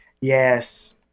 Yes